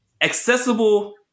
accessible